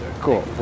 Cool